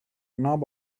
knob